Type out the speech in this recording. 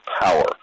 power